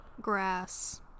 grass